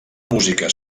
música